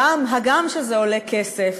הגם שזה עולה כסף,